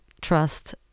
trust